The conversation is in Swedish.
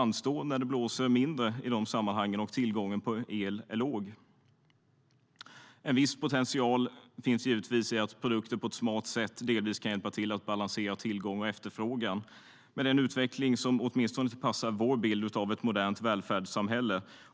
När det blåser mindre och tillgången på el är låg får behoven i stället anstå. En viss potential finns det givetvis i att produkter på ett smart sätt delvis kan hjälpa till att balansera tillgång och efterfrågan. Men det är en utveckling som åtminstone inte passar vår bild av ett modernt välfärdssamhälle.